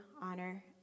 honor